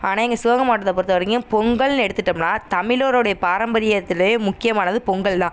ஆனால் எங்கள் சிவகங்கை மாவட்டத்தை பொருத்த வரைக்கும் பொங்கல்னு எடுத்துகிட்டோம்னா தமிழருடைய பாரம்பரியத்தில் முக்கியமானது பொங்கல் தான்